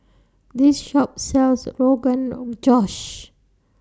This Shop sells Rogan Josh